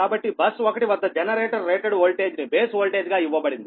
కాబట్టి బస్ 1 వద్ద generator rated voltage ని బేస్ వోల్టేజ్ గా ఇవ్వబడింది